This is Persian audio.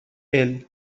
السه